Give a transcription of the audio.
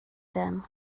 them